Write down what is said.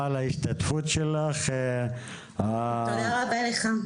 תודה רבה לך.